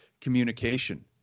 communication